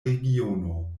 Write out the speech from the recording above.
regiono